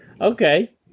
Okay